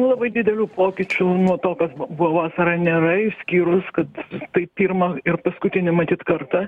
labai dideliu pokyčių nuo to kas buvo vasarą nėra išskyrus kad tai pirmą ir paskutinį matyt kartą